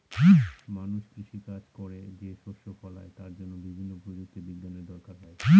মানুষ কৃষি কাজ করে যে শস্য ফলায় তার জন্য বিভিন্ন প্রযুক্তি বিজ্ঞানের দরকার হয়